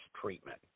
treatment